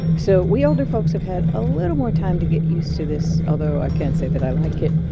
so we older folks have had a little more time to get used to this. although, i can't say that i like it